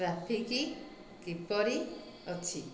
traffic କିପରି ଅଛି